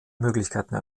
möglichkeiten